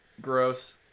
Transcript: Gross